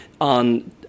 on